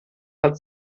hat